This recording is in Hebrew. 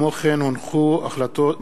של חברת הכנסת ציפי חוטובלי וקבוצת חברי הכנסת.